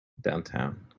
Downtown